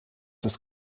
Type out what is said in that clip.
das